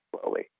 slowly